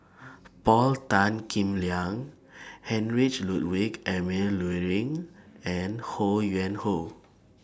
Paul Tan Kim Liang Heinrich Ludwig Emil Luering and Ho Yuen Hoe